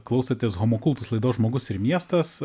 klausotės homo kultus laidos žmogus ir miestas